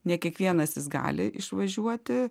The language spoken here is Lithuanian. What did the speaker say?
ne kiekvienas jis gali išvažiuoti